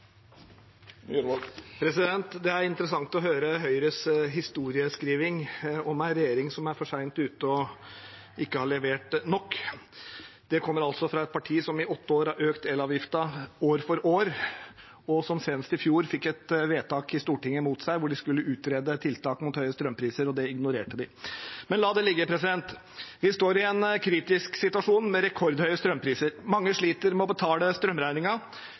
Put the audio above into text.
Det er interessant å høre Høyres historieskriving om en regjering som er for sent ute og ikke har levert nok. Det kommer altså fra et parti som i åtte år har økt elavgiften år for år, og som senest i fjor fikk et vedtak i Stortinget mot seg, hvor de skulle utrede tiltak mot høye strømpriser – og det ignorerte de. Men la det ligge. Vi står i en kritisk situasjon med rekordhøye strømpriser. Mange sliter